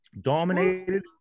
Dominated